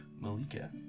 Malika